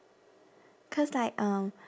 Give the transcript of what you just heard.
cause like um